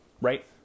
right